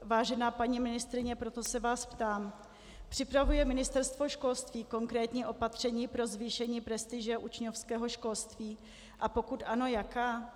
Vážená paní ministryně, proto se vás ptám: Připravuje Ministerstvo školství konkrétní opatření pro zvýšení prestiže učňovského školství, a pokud ano, jaká?